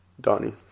Donnie